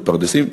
בפרדסים,